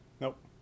Nope